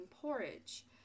porridge